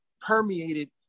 permeated